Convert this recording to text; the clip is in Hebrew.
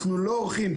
אנחנו לא מודיעים,